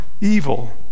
evil